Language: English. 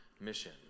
mission